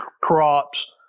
crops